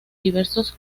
diversos